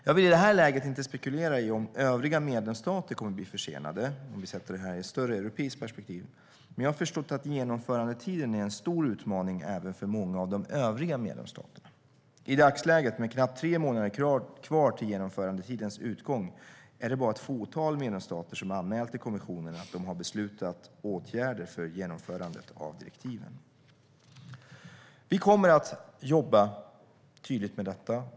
Jag vill i det här läget inte spekulera i om övriga medlemsstater kommer att bli försenade, om vi sätter det här i ett större europeiskt perspektiv, men jag har förstått att genomförandetiden är en stor utmaning även för många av de övriga medlemsstaterna. I dagsläget, med knappt tre månader kvar till genomförandetidens utgång, är det bara ett fåtal medlemsstater som har anmält till kommissionen att de har beslutat om åtgärder för genomförandet av direktiven. Vi kommer att jobba tydligt med detta.